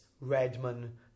Redmond